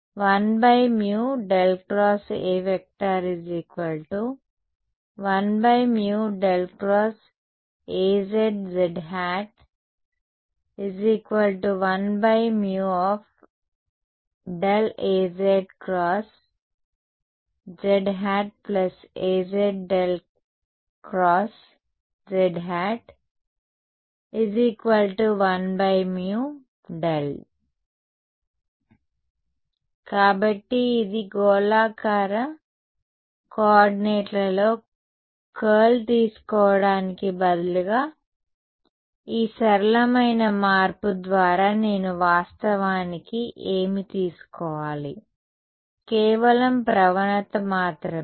కాబట్టి H1μA 1μ1μAz z Azz 1μ ఇది vector calculus గుర్తింపు లాంటిది ఉత్పత్తి నియమం కాబట్టి గోళాకార కోఆర్డినేట్లలో కర్ల్ తీసుకోవడానికి బదులుగా ఈ సరళమైన మార్పు ద్వారా నేను వాస్తవానికి ఏమి తీసుకోవాలి కేవలం ప్రవణత మాత్రమే